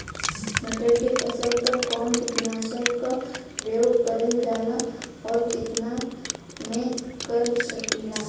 मटर के फसल पर कवन कीटनाशक क प्रयोग करल जाला और कितना में कर सकीला?